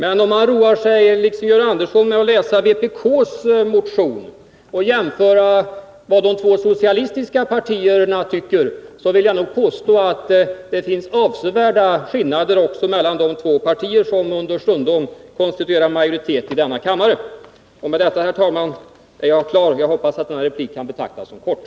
Men om man roar sig med att läsa även vpk:s motion och jämför de två socialistiska partiernas syn finner man att det är en avsevärd skillnad också mellan de två partier som understundom konstituerar majoritet i denna kammare. Med detta, herr talman, är jag klar och hoppas att den här repliken kan betraktas som kort.